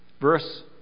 Verse